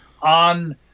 On